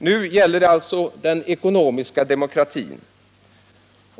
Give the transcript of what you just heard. Nu gäller det den ekonomiska demokratin.